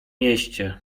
mieście